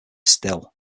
still